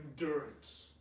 endurance